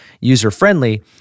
user-friendly